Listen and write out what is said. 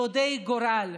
הם יהודי גורל.